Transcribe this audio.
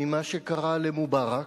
ממה שקרה למובארק,